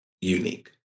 unique